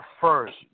first